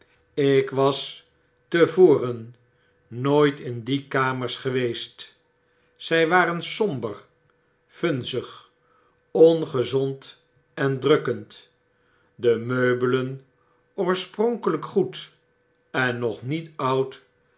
ik was te vorcn nooit in die kamers geweest zy waren somber vunzig ongezond en drukkend de meubelen oorspronkeiyk goed en nog niet oud